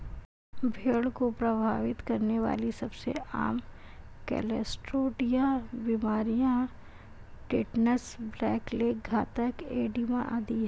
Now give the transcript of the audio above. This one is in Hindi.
भेड़ को प्रभावित करने वाली सबसे आम क्लोस्ट्रीडिया बीमारियां टिटनेस, ब्लैक लेग, घातक एडिमा आदि है